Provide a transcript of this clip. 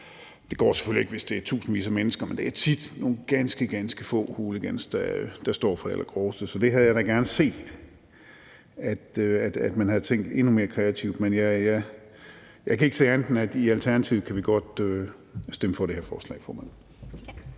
Det går selvfølgelig ikke, hvis det er tusindvis af mennesker, men det er tit nogle ganske, ganske få hooligans, der står for det allergroveste, så der havde jeg da gerne set, at man havde tænkt endnu mere kreativt. Men jeg kan ikke se andet, end at vi i Alternativet godt kan stemme for det her lovforslag.